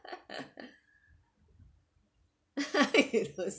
it was